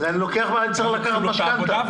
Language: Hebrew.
אני צריך לקחת משכנתה.